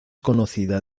conocida